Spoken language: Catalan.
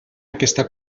aquesta